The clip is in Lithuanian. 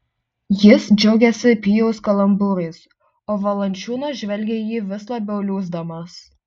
jis džiaugėsi pijaus kalambūrais o valančiūnas žvelgė į jį vis labiau liūsdamas